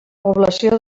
població